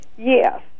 Yes